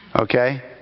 Okay